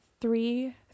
three